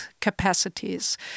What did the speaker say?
capacities